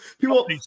People